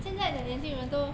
现在的年轻人都